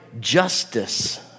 justice